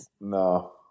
No